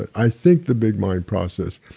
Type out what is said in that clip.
i think the big mind process,